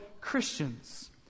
Christians